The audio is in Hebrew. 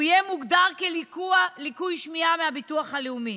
הוא יהיה מוגדר כלקוי שמיעה בביטוח הלאומי.